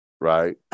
right